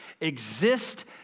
exist